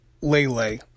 Lele